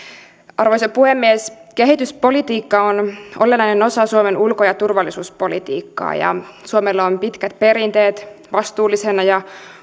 arvoisa puhemies kehityspolitiikka on olennainen osa suomen ulko ja turvallisuuspolitiikkaa ja suomella on pitkät perinteet vastuullisena ja